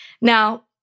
Now